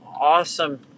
awesome